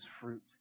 fruit